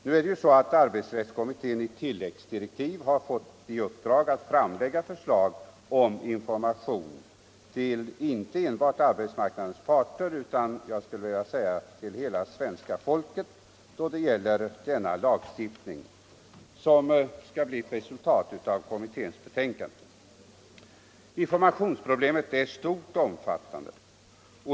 Nu är det så att arbetsrättskommittén i tilläggsdirektiv har fått i uppdrag att framlägga förslag om information till inte enbart arbetsmarknadens patter utan även till svenska folket i allmänhet då det gäller den arbetsrättsliga lagstiftning som kommitténs förslag kommer att leda till. Informationsproblemet är omfattande.